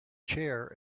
chair